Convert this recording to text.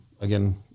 Again